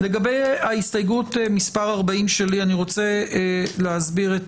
לגבי ההסתייגות מס' 40 שלי, אני רוצה להסביר את